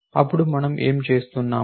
అప్పుడు మనం ఏం చేస్తున్నాం